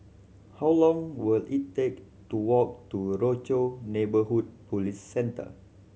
how long will it take to walk to Rochor Neighborhood Police Centre